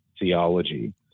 theology